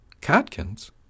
Catkins